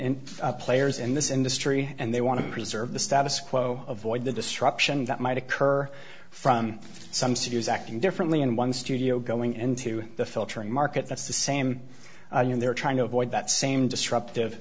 and players in this industry and they want to preserve the status quo avoid the disruption that might occur from some studios acting differently in one studio going into the filtering market that's the same and they're trying to avoid that same disruptive